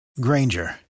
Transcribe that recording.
Granger